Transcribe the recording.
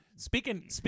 Speaking